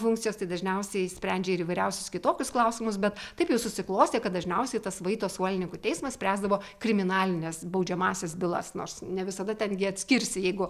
funkcijos tai dažniausiai sprendžia ir įvairiausius kitokius klausimus bet taip jau susiklostė kad dažniausiai tas vaito suolininkų teismas spręsdavo kriminalines baudžiamąsias bylas nors ne visada ten gi atskirsi jeigu